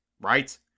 Right